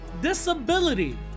disability